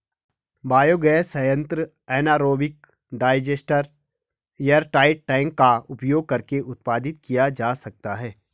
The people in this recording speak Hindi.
बायोगैस संयंत्र एनारोबिक डाइजेस्टर एयरटाइट टैंक का उपयोग करके उत्पादित किया जा सकता है